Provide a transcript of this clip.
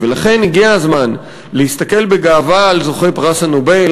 ולכן הגיע הזמן להסתכל בגאווה על הזוכים בפרס נובל,